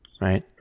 right